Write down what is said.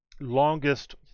longest